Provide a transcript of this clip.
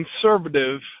conservative